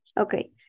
Okay